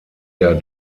der